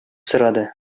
сорады